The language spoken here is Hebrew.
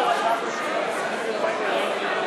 אדוני,